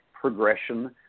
progression